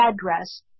address